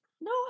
No